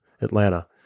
Atlanta